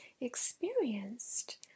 experienced